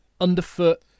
underfoot